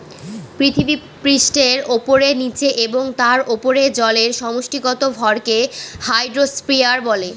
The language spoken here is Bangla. পৃথিবীপৃষ্ঠের উপরে, নীচে এবং তার উপরে জলের সমষ্টিগত ভরকে হাইড্রোস্ফিয়ার বলে